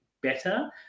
better